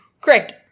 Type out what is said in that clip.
Correct